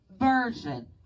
version